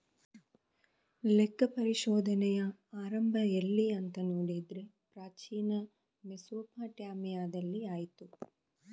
ಲೆಕ್ಕ ಪರಿಶೋಧನೆಯ ಆರಂಭ ಎಲ್ಲಿ ಅಂತ ನೋಡಿದ್ರೆ ಪ್ರಾಚೀನ ಮೆಸೊಪಟ್ಯಾಮಿಯಾದಲ್ಲಿ ಆಯ್ತು